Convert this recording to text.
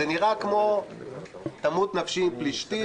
זה נראה כמו תמות נפשי עם פלישתים.